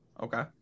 Okay